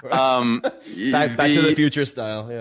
um yeah back to the future style. yeah